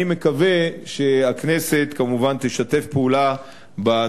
אני מקווה שהכנסת כמובן תשתף פעולה,